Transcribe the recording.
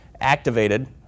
activated